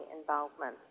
involvement